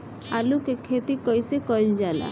आलू की खेती कइसे कइल जाला?